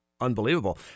unbelievable